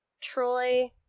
Troy